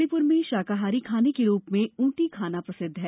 मणिप्र में शाकाहारी खाने के रूप में ऊटी खाना प्रसिद्ध है